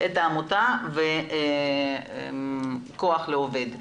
את העמותה וכח לעובד.